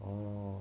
oh